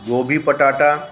गोभी पटाटा